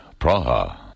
Praha